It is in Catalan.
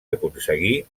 aconseguir